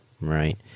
right